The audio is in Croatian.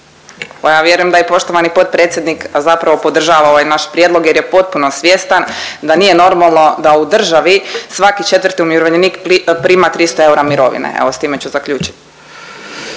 ja vjerujem da je i poštovani potpredsjednik zapravo podržava ovaj naš prijedlog jer je potpuno svjestan da nije normalno da u državi svaki četvrti umirovljenik prima 300 eura mirovine. Evo s time ću zaključiti.